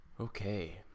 Okay